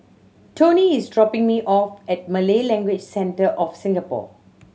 toni is dropping me off at Malay Language Centre of Singapore